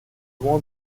besoin